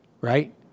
right